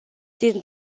did